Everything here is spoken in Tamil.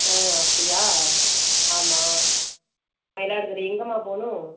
ஆ அப்படியா ஆமாம் மயிலாடுதுறை எங்கேம்மா போகணும்